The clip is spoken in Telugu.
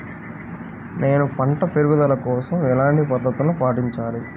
నేను పంట పెరుగుదల కోసం ఎలాంటి పద్దతులను పాటించాలి?